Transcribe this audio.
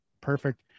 Perfect